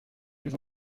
plus